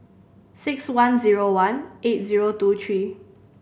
six one zero one eight zero two three